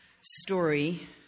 Story